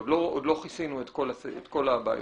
עוד לא כיסינו את כל הבעיות.